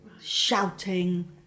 shouting